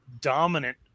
dominant